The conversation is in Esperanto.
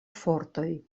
fortoj